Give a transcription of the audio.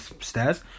stairs